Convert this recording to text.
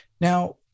Now